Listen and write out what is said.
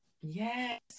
Yes